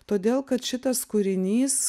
todėl kad šitas kūrinys